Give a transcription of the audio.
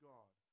God